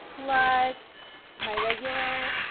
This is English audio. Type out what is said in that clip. plus my regular